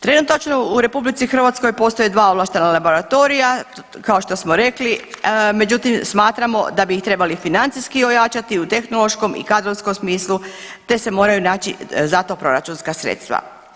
Trenutačno u Republici Hrvatskoj postoje dva ovlaštena laboratorija kao što smo rekli, međutim smatramo da bi ih trebali financijski ojačati u tehnološkom i kadrovskom smislu, te se moraju naći za to proračunska sredstva.